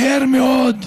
לא אם